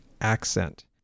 accent